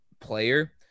player